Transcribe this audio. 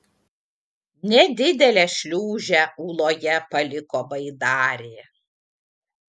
nedidelę šliūžę ūloje paliko baidarė